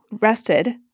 rested